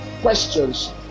questions